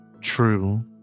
true